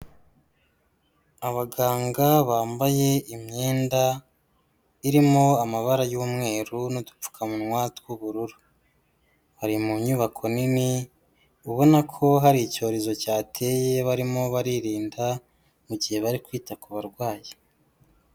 Abaganga bambaye imyenda, irimo amabara y'umweru n'udupfukamunwa tw'ubururu. bari mu nyubako nini, ubona ko hari icyorezo cyateye barimo baririnda, mu gihe bari kwita ku barwayi.